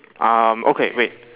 um okay wait